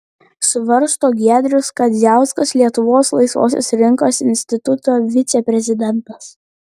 svarsto giedrius kadziauskas lietuvos laisvosios rinkos instituto viceprezidentas